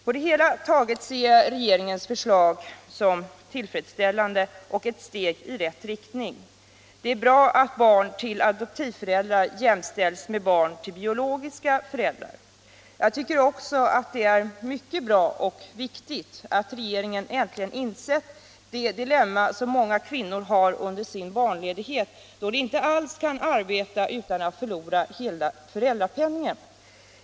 På det hela taget ser jag regeringens förslag som tillfredsställande och ett steg i rätt riktning. Det är bra att barn till adoptivföräldrar jämställs med barn till biologiska föräldrar. Jag tycker också att det är mycket bra och viktigt att regeringen insett det dilemma som många kvinnor har under sin barnledighet, då de inte alls kan arbeta utan att förlora hela föräldrapenningen.